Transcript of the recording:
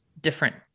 different